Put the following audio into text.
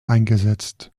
eingesetzt